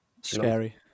scary